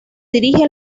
dirige